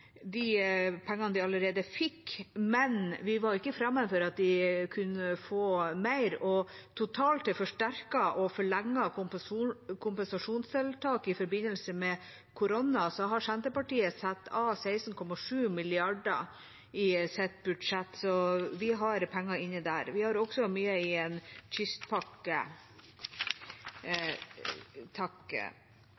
de pengene de allerede fikk, men vi var ikke fremmed for at de kunne få mer, og totalt i forsterkede og forlengede kompensasjonstiltak i forbindelse med korona har Senterpartiet satt av 16,7 mrd. kr i sitt budsjett, så vi har penger inne der. Vi har også mye i en kystpakke.